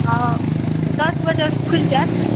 हाँ दस बजे खुलि जायत